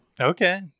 Okay